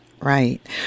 right